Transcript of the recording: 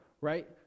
Right